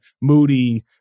Moody